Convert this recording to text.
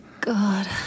God